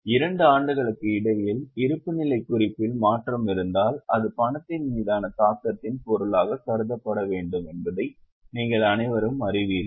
2 ஆண்டுகளுக்கு இடையில் இருப்புநிலைக் குறிப்பில் மாற்றம் இருந்தால் அது பணத்தின் மீதான தாக்கத்தின் பொருளாக கருதப்பட வேண்டும் என்பதை நீங்கள் அனைவரும் அறிவீர்கள்